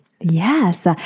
Yes